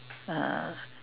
uh